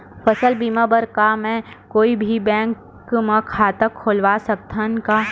फसल बीमा बर का मैं कोई भी बैंक म खाता खोलवा सकथन का?